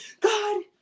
God